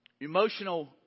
Emotional